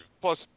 Plus